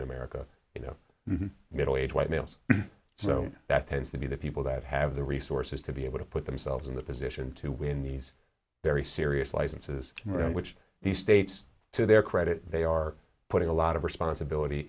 in america you know the middle aged white males so that tends to be the people that have the resources to be able to put themselves in the position to win these very serious licenses which the states to their credit they are putting a lot of responsibility